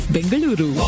Bengaluru